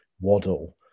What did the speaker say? Waddle